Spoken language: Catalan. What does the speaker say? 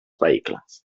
vehicles